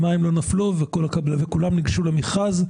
וכולם ניגשו למכרז.